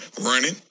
Running